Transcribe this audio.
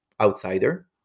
outsider